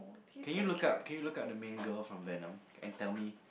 can you look up can you look up the main girl from Venom and tell me